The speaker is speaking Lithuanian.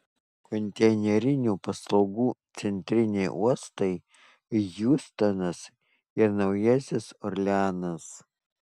konteinerinių paslaugų centriniai uostai hjustonas ir naujasis orleanas